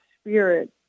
spirit